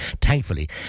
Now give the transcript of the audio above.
thankfully